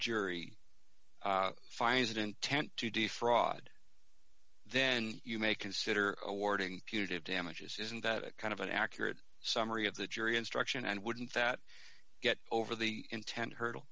jury finds it intent to defraud then you may consider awarding q tip damages isn't that kind of an accurate summary of the jury instruction and wouldn't that get over the intent hurdle